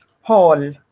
hall